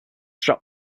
strap